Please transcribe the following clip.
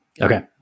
Okay